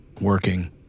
working